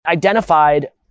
identified